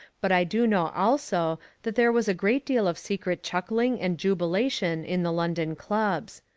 but i do know also that there was a great deal of secret chuckling and jubilation in the london clubs.